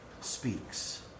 speaks